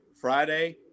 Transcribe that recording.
Friday